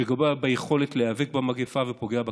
שפוגע ביכולת להיאבק במגפה ופוגע בכלכלה.